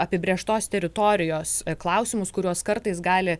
apibrėžtos teritorijos klausimus kuriuos kartais gali